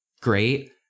great